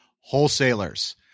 Wholesalers